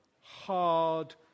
hard